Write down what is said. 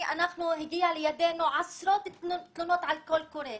הגיעו לידינו עשרות תלונות על קול קורא.